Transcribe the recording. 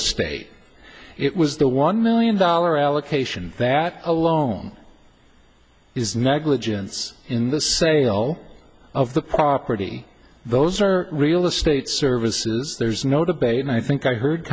estate it was the one million dollar allocation that alone it's negligence in the sale of the property those are real estate services there's no debate and i think i heard